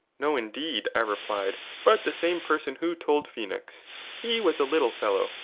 no indeed, i replied, but the same person who told phoenix he was a little fellow,